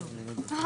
בשעה 11:41.